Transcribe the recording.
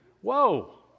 Whoa